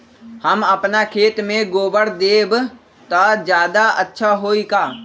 हम अपना खेत में गोबर देब त ज्यादा अच्छा होई का?